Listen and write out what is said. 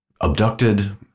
abducted